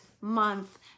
month